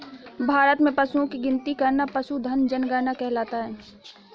भारत में पशुओं की गिनती करना पशुधन जनगणना कहलाता है